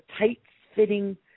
tight-fitting